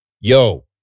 Yo